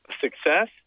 success